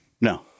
No